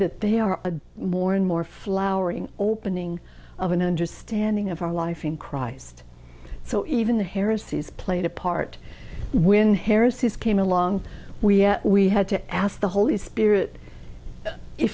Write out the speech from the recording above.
that they are a more and more flowering opening of an understanding of our life in christ so even the heresies played a part when heresies came along we we had to ask the holy spirit if